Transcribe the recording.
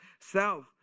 self